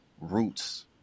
Roots